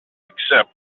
except